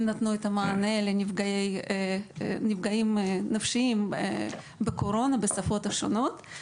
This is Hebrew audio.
נתנו את המענה לנפגעים נפשיים בשפות השונות.